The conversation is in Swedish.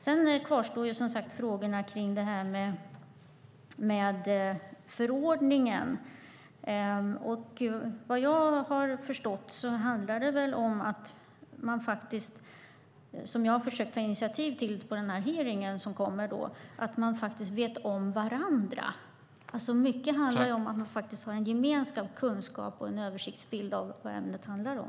Sedan kvarstår som sagt frågorna kring detta med förordningen. Vad jag har förstått handlar det om att man faktiskt, vilket jag har försökt att ta initiativ till på hearingen som kommer, vet om varandra. Mycket handlar om att man har gemenskap, kunskap och en översiktsbild av vad ämnet handlar om.